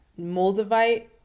Moldavite